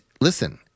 listen